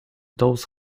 those